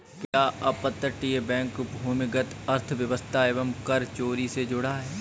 क्या अपतटीय बैंक भूमिगत अर्थव्यवस्था एवं कर चोरी से जुड़ा है?